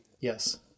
yes